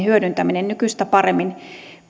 hyödyntäminen nykyistä paremmin